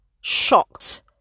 shocked